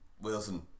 Wilson